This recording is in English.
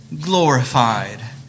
glorified